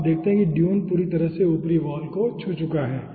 तो आप देखते हैं कि ड्यून पूरी तरह से ऊपरी वाल को छू चुका है